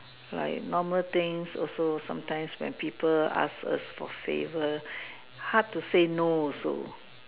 like normal things also sometimes when people ask us for favor hard to say no also